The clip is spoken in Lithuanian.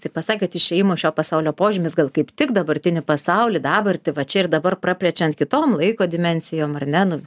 taip pasakėt išėjimo iš šio pasaulio požymis gal kaip tik dabartinį pasaulį dabartį va čia ir dabar praplečiant kitom laiko dimensijom ar ne nu